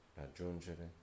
raggiungere